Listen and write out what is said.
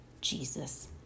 Jesus